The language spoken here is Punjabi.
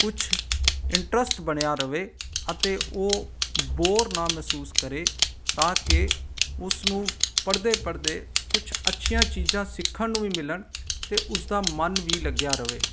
ਕੁਛ ਇੰਟਰਸਟ ਬਣਿਆ ਰਹੇ ਅਤੇ ਉਹ ਬੋਰ ਨਾ ਮਹਿਸੂਸ ਕਰੇ ਤਾਂ ਕਿ ਉਸ ਨੂੰ ਪੜ੍ਹਦੇ ਪੜ੍ਹਦੇ ਕੁਛ ਅੱਛੀਆਂ ਚੀਜ਼ਾਂ ਸਿੱਖਣ ਨੂੰ ਵੀ ਮਿਲਣ ਅਤੇ ਉਸਦਾ ਮਨ ਵੀ ਲੱਗਿਆ ਰਹੇ